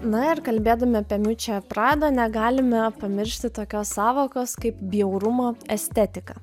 na ir kalbėdami apie miučia prada negalime pamiršti tokios sąvokos kaip bjaurumo estetika